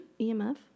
EMF